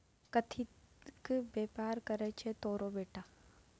कथीक बेपार करय छौ तोहर बेटा?